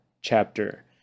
chapter